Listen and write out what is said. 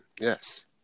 Yes